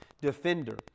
defender